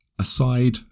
aside